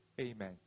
Amen